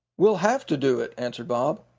we'll have to do it, answered bob.